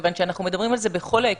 כיוון שאנחנו מדברים על זה בכל ההקשרים,